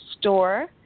store